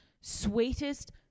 sweetest